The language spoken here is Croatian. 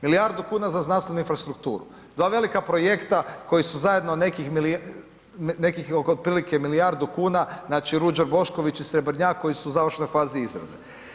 Milijardu kuna za znanstvenu infrastrukturu, dva velika projekta koji su zajedno nekih oko otprilike milijardu kuna, znači Ruđer Bošković i Srebrnjak koji su u završnoj fazi izrade.